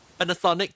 Panasonic